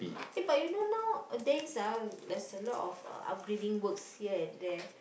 eh but you know nowadays ah there's a lot of upgrading works here and there